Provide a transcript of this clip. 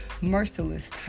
merciless